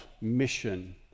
mission